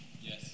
Yes